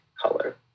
color